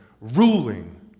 ruling